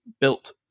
built